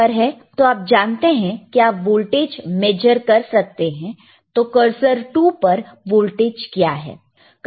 अब आप जानते हो कि आप वोल्टेज मेजर कर सकते हैं तो करसर 2 पर वोल्टेज क्या है